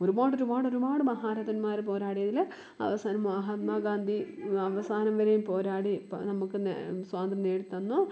ഒരുപാടൊരുപാടൊരുപാട് മഹാരഥന്മാർ പോരാടിയതിൽ അവസാനം മഹാത്മാഗാന്ധി അവസാനം വരെയും പോരാടി നമുക്ക് നേ സ്വാതന്ത്രം നേടിത്തന്നു